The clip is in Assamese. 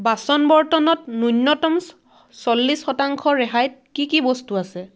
বাচন বৰ্তনত ন্যূনতম চল্লিছ শতাংশ ৰেহাইত কি কি বস্তু আছে